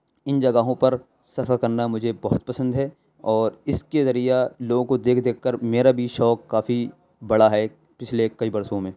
ان جگہوں پر سفر کرنا مجھے بہت پسند ہے اور اس کے ذریعہ لوگوں کو دیکھ دیکھ کر میرا بھی شوق کافی بڑھا ہے پچھلے کئی برسوں میں